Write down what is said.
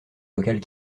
locales